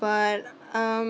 but um